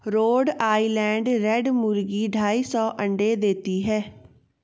road Island Red मुर्गी ढाई सौ अंडे देती है